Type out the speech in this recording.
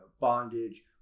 bondage